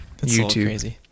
YouTube